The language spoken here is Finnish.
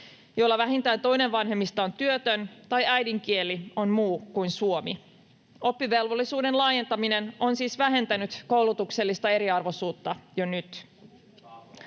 joilla vähintään toinen vanhemmista on työtön tai äidinkieli on muu kuin suomi. Oppivelvollisuuden laajentaminen on siis vähentänyt koulutuksellista eriarvoisuutta jo nyt.